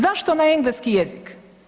Zašto na engleski jezik?